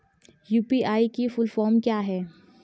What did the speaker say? UPI की full form क्या है?